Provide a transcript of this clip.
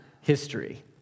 history